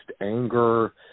anger